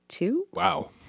Wow